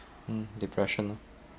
mm depression orh